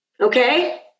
Okay